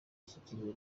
ashyigikiwe